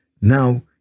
now